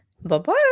Bye-bye